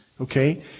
okay